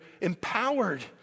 empowered